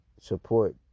support